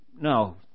no